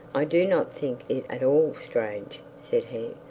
i do not think it at all strange said he,